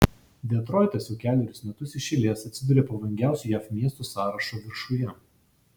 detroitas jau kelerius metus iš eilės atsiduria pavojingiausių jav miestų sąrašo viršuje